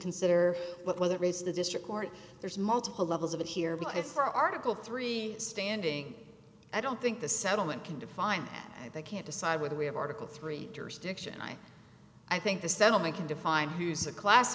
consider whether it's the district court there's multiple levels of it here because for article three standing i don't think the settlement can define that they can't decide whether we have article three jurisdiction i i think the settlement can define who's a class